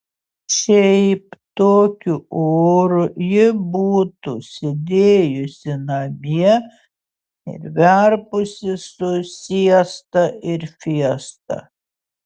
šiaip tokiu oru ji būtų sėdėjusi namie ir verpusi su siesta ir fiesta